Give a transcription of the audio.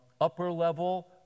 upper-level